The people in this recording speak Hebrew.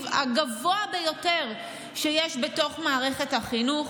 הגבוה ביותר שיש בתוך מערכת החינוך,